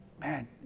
man